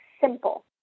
simple